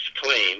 claim